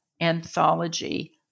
anthology